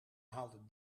haalde